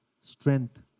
strength